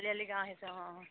আলিআইলিগাং আহিছে অঁ